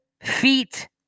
feet